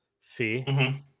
fee